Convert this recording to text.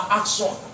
action